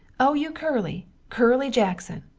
o you curly curly jackson!